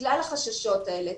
בגלל החששות האלה.